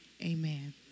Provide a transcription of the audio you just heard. amen